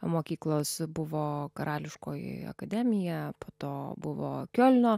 mokyklos buvo karališkoji akademija po to buvo kiolno